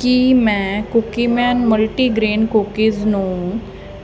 ਕੀ ਮੈਂ Cookieman multigrain cookies ਨੂੰ